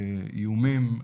איומים,